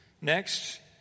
Next